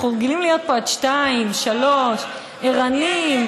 אנחנו רגילים להיות פה עד 02:00, 03:00, ערניים.